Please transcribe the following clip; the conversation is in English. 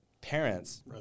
parents